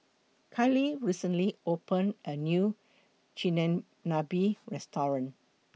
Kali recently opened A New Chigenabe Restaurant